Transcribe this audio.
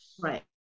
Right